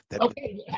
Okay